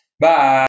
Bye